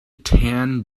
tan